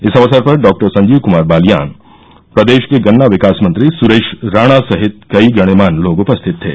इस अवसर पर डॉक्टर संजीव क्मार बालियान प्रदेश के गन्ना विकास मंत्री सुरेश राणा सहित कई गण्यमान्य लोग उपस्थित थे